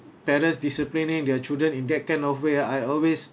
parents disciplining their children in that kind of way ah I always